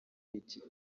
iki